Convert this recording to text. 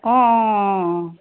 অঁ অঁ অঁ